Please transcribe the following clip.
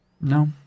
No